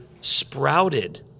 sprouted